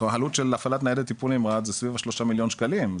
עלות של הפעלת ניידת טיפול נמרץ זה סביב ה- 3 מיליון שקלים,